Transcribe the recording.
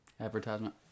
Advertisement